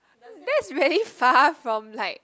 that's really far from like